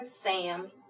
Sam